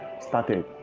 started